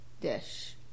dish